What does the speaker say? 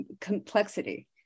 complexity